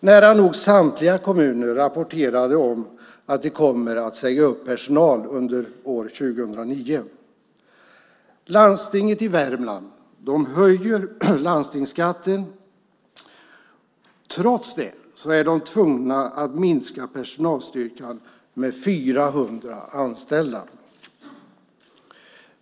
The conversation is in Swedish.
Nära nog samtliga kommuner rapporterade att de kommer att säga upp personal under år 2009. Landstinget i Värmland höjer landstingsskatten. Trots det är de tvungna att minska personalstyrkan med 400 anställda.